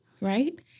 right